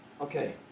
Okay